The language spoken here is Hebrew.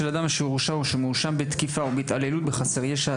אדם שהורשע או שמואשם בתקיפה או בהתעללות בחסר ישע,